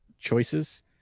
choices